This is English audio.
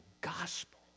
gospel